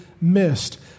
missed